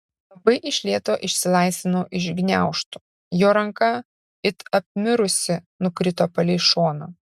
labai iš lėto išsilaisvinau iš gniaužtų jo ranka it apmirusi nukrito palei šoną